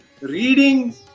reading